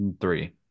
Three